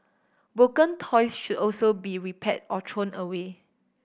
broken toys should also be repaired or thrown away